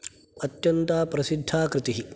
अत्यन्ता प्रसिद्धा कृतिः